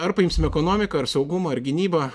ar paimsim ekonomiką ar saugumą ar gynybą